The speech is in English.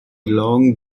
song